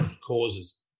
causes